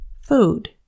Food